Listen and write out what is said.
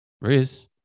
Riz